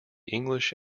english